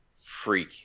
freak